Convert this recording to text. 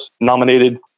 nominated